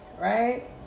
right